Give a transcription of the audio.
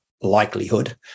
likelihood